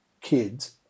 kids